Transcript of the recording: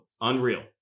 Unreal